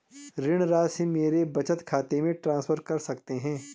ऋण राशि मेरे बचत खाते में ट्रांसफर कर सकते हैं?